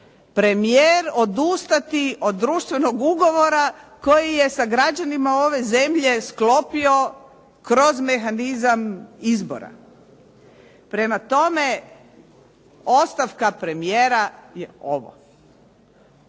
premijer odustati od društvenog ugovora koji je sa građanima ove zemlje sklopio kroz mehanizam izbora. Prema tome, ostavka premijera je ovo.